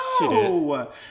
No